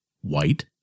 white